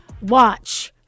watch